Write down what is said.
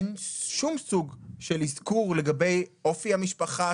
אין שום סוג של אזכור לגבי אופי המשפחה,